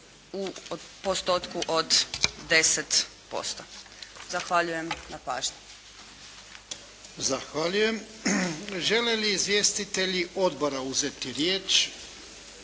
u postotku od 10%. Zahvaljujem na pažnji. **Jarnjak, Ivan (HDZ)** Zahvaljujem. Žele li izvjestitelji odbora uzeti riječ?